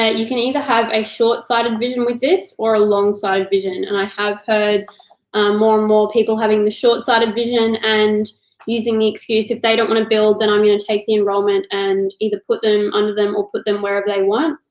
ah you can either have a short sighted vision with this or a long sighted vision, and i have heard have heard more and more people having the short sighted vision and using the excuse, if they don't wanna build, then i'm gonna take the enrollment and either put them under them or put them wherever they want.